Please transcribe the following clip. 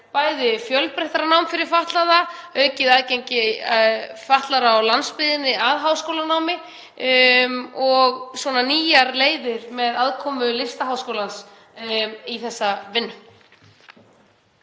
bæði fjölbreyttara nám fyrir fatlaða, aukið aðgengi fatlaðra á landsbyggðinni að háskólanámi og nýjar leiðir með aðkomu Listaháskólans að þessari vinnu.